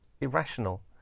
irrational